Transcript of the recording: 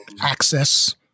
Access